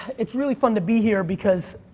it's really fun to be here because